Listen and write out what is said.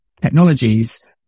technologies